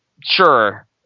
Sure